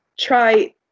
Try